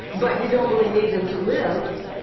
but you don't really need them to live.